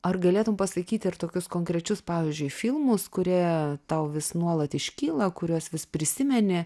ar galėtum pasakyti ir tokius konkrečius pavyzdžiui filmus kurie tau vis nuolat iškyla kuriuos vis prisimeni